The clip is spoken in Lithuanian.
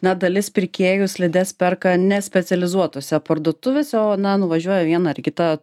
na dalis pirkėjų slides perka ne specializuotose parduotuvėse o na nuvažiuoja į vieną ar į kitą